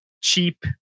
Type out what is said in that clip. cheap